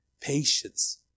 patience